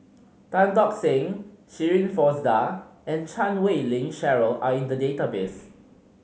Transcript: Tan Tock Seng Shirin Fozdar and Chan Wei Ling Cheryl are in the database